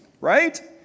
right